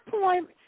point